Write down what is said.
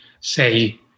say